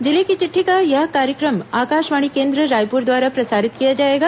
जिले की चिट्ठी का यह कार्यक्रम आकाशवाणी केंद्र रायपुर द्वारा प्रसारित किया जाएगा